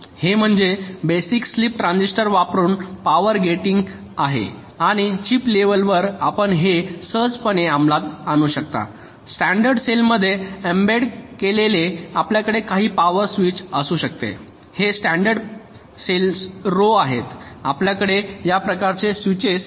हे म्हणजे basic sleep transistor वापरुन पॉवर गेटिंग आहे आणि चिप लेवलवर आपण हे सहजपणे अंमलात आणू शकता स्टॅंडर्ड सेलमध्ये एम्बेड केलेले आपल्याकडे काही पॉवर स्विच असू शकते हे स्टॅंडर्ड पेशींच्या रो आहेत आपल्याकडे या प्रकारचे स्विचेस एम्बेड केलेले असू शकतात